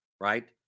right